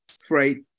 freight